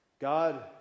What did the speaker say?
God